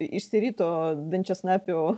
išsirito dančiasnapių